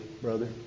brother